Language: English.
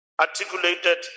articulated